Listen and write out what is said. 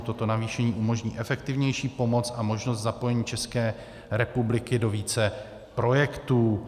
Toto zvýšení umožní efektivnější pomoc a možnost zapojení České republiky do více projektů.